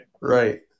Right